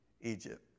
Egypt